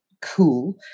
cool